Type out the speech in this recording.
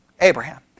Abraham